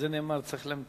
על זה נאמר: צריך להמתין.